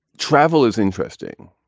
travel is interesting.